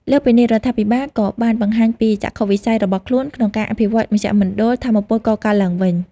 លើសពីនេះ រដ្ឋាភិបាលក៏បានបង្ហាញពីចក្ខុវិស័យរបស់ខ្លួនក្នុងការអភិវឌ្ឍមជ្ឈមណ្ឌលថាមពលកកើតឡើងវិញ។